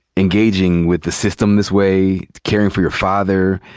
engaging with the system this way, caring for your father,